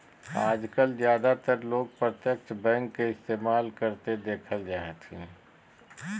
आजकल ज्यादातर लोग प्रत्यक्ष बैंक के इस्तेमाल करते देखल जा हथिन